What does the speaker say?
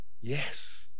yes